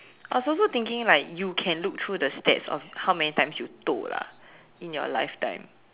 I was also thinking like you can look through the stats of how many times you toh lah in your life time